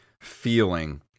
feeling